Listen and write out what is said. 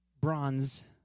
bronze